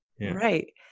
Right